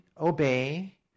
obey